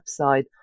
website